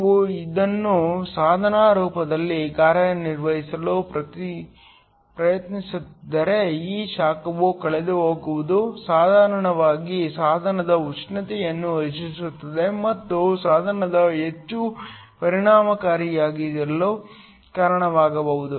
ನೀವು ಇದನ್ನು ಸಾಧನದ ರೂಪದಲ್ಲಿ ಕಾರ್ಯನಿರ್ವಹಿಸಲು ಪ್ರಯತ್ನಿಸುತ್ತಿದ್ದರೆ ಈ ಶಾಖವು ಕಳೆದುಹೋಗುವುದು ಸಾಧಾರಣವಾಗಿ ಸಾಧನದ ಉಷ್ಣತೆಯನ್ನು ಹೆಚ್ಚಿಸುತ್ತದೆ ಮತ್ತು ಸಾಧನವು ಹೆಚ್ಚು ಪರಿಣಾಮಕಾರಿಯಾಗಿರಲು ಕಾರಣವಾಗಬಹುದು